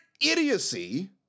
idiocy